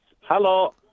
Hello